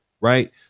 right